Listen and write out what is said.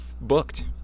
booked